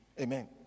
Amen